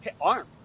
arm